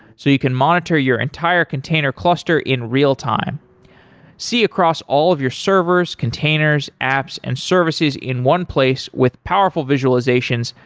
so you can monitor your entire container cluster in real-time. see across all of your servers, containers, apps and services in one place with powerful visualizations,